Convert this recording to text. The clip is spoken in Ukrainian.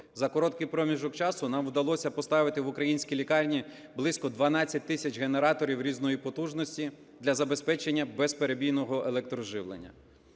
За короткий проміжок часу нам вдалося поставити в українські лікарні близько 12 тисяч генераторів різної потужності для забезпечення безперебійного електроживлення.